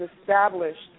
established